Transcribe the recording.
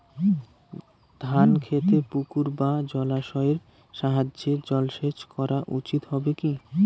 ধান খেতে পুকুর বা জলাশয়ের সাহায্যে জলসেচ করা উচিৎ হবে কি?